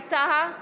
ווליד טאהא,